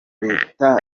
leta